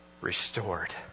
restored